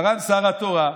מרן שר התורה,